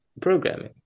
programming